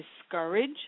discourage